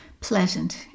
pleasant